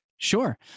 Sure